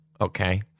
Okay